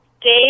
Dave